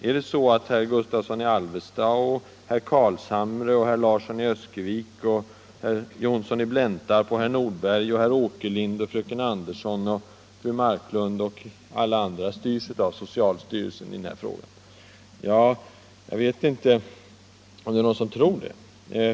Är det så att herr Gustavsson i Alvesta, herr Carlshamre, herr Larsson i Öskevik, herr Johnsson i Blentarp, herr Nordberg, herr Åkerlind, fröken Andersson, fru Marklund och alla andra styrs av socialstyrelsen i denna fråga? Jag vet inte om någon tror det.